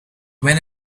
when